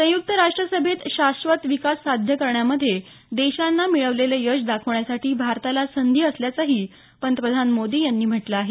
संयुक्त राष्ट्र सभेत शाश्वत विकास साध्य करण्यामध्ये देशानं मिळवलेले यश दाखवण्यासाठी भारताला संधी असल्याचंही पंतप्रधान मोदी यांनी म्हटलं आहे